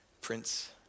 Prince